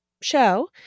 show